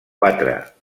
quatre